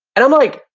and i'm like,